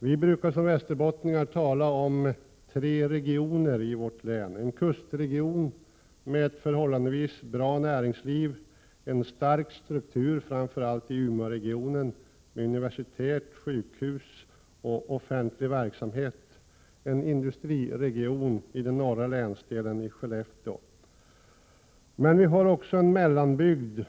Vi västerbottningar brukar tala om tre regioner i vårt län: kustregionen, med ett förhållandevis bra näringsliv, Umeåregionen, med en stark struktur med universitet, sjukhus och offentlig verksamhet och industriregionen i den norra länsdelen kring Skellefteå. Vi har också en mellanbygd och ett antal — Prot.